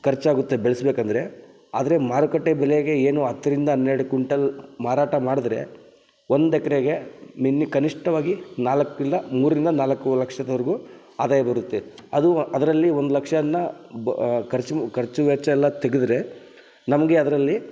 ಖರ್ಚಾಗುತ್ತೆ ಬೆಳೆಸ್ಬೇಕಂದ್ರೆ ಆದರೆ ಮಾರುಕಟ್ಟೆ ಬೆಲೆಗೆ ಏನು ಹತ್ತರಿಂದ ಹನ್ನೆರಡು ಕುಂಟಲ್ ಮಾರಾಟ ಮಾಡಿದ್ರೆ ಒಂದು ಎಕ್ರೆಗೆ ಮಿನ್ನಿ ಕನಿಷ್ಠವಾಗಿ ನಾಲ್ಕರಿಂದ ಮೂರರಿಂದ ನಾಲ್ಕು ಲಕ್ಷದ್ವರ್ಗೂ ಆದಾಯ ಬರುತ್ತೆ ಅದು ಅದರಲ್ಲಿ ಒಂದು ಲಕ್ಷವನ್ನ ಬ ಖರ್ಚು ಖರ್ಚು ವೆಚ್ಚ ಎಲ್ಲ ತೆಗೆದ್ರೆ ನಮಗೆ ಅದರಲ್ಲಿ